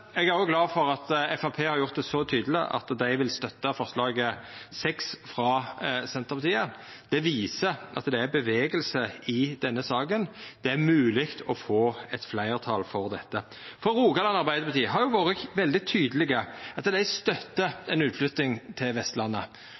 Eg er òg glad for at Framstegspartiet har gjort det så tydeleg at dei vil støtta forslag nr. 6, frå Senterpartiet. Det viser at det er bevegelse i denne saka. Det er mogleg å få eit fleirtal for dette. Rogaland Arbeidarparti har vore veldig tydeleg på at dei støttar ei utflytting til Vestlandet.